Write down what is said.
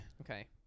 Okay